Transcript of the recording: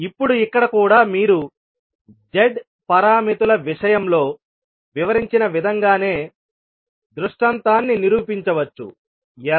ఇప్పుడు ఇక్కడ కూడా మీరు z పారామితుల విషయంలో వివరించిన విధంగానే దృష్టాంతాన్ని నిరూపించవచ్చు ఎలా